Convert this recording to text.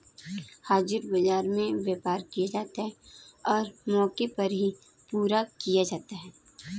हाजिर बाजार में व्यापार किया जाता है और मौके पर ही पूरा किया जाता है